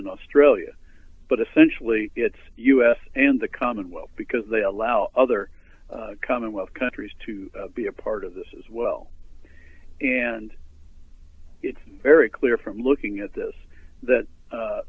and australia but essentially it's us and the commonwealth because they allow other commonwealth countries to be a part of this as well and it's very clear from looking at this that